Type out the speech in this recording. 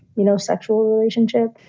you know, sexual relationship.